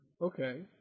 Okay